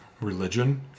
Religion